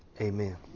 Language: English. Amen